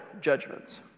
judgments